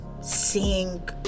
Seeing